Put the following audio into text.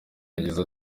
yagize